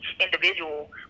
individual